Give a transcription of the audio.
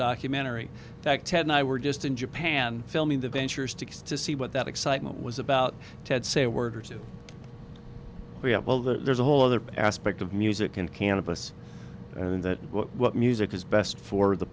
documentary that ted and i were just in japan filming the ventures tix to see what that excitement was about ted say a word or two we have well there's a whole other aspect of music and cannabis in that what music is best for the